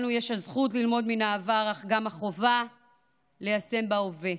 לנו יש הזכות ללמוד מן העבר אך גם החובה ליישם בהווה.